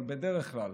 אבל בדרך כלל,